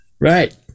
Right